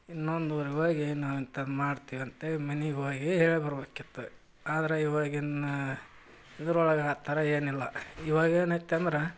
ಇನ್ನೊಂದು ಊರಿಗೋಗಿ ನಾವಿಂಥದ್ದು ಮಾಡ್ತೀವಂತೇಳಿ ಮನೆಗೋಗಿ ಹೇಳಿಬರ್ಬೇಕಿತ್ತು ಆದ್ರೆ ಇವಾಗಿನ ಇದ್ರೊಳ್ಗೆ ಆ ಥರ ಏನಿಲ್ಲ ಇವಾಗೇನೈತಂದ್ರೆ